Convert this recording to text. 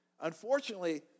Unfortunately